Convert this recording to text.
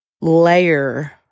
layer